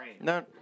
No